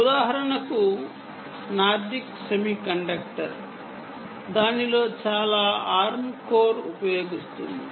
ఉదాహరణకు Nordic semiconductor దాని లో చాలా వరకు ఆర్మ్ కోర్ ని ఉపయోగిస్తుంది